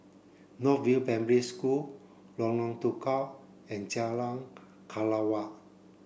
North View Primary School Lorong Tukol and Jalan Kelawar